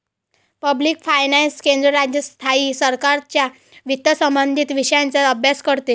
public finance केंद्र, राज्य, स्थायी सरकारांच्या वित्तसंबंधित विषयांचा अभ्यास करते